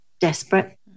desperate